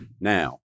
now